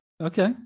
Okay